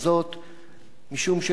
משום שדרכו המדינית